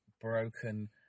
broken